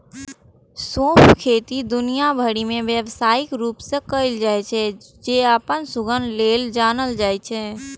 सौंंफक खेती दुनिया भरि मे व्यावसायिक रूप सं कैल जाइ छै, जे अपन सुगंध लेल जानल जाइ छै